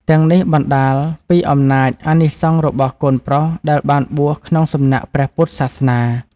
ទាំងនេះបណ្តាលពីអំណាច អានិសង្សរបស់កូនប្រុសដែលបានបួសក្នុងសំណាក់ព្រះពុទ្ធសាសនា។